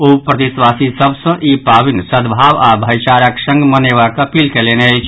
ओ प्रदेशवासी सभ सँ ई पावनि सद्भाव आओर भाईचाराक संग मनेबाक अपील कयलनि अछि